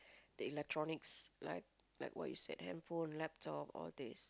the electronics like like what you said hand phone laptop all these